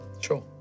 Sure